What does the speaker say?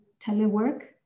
telework